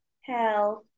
health